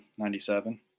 97